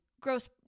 Gross